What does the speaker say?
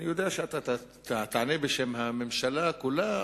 אני יודע שאתה תענה בשם הממשלה כולה,